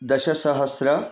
दशसहस्रं